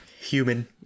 human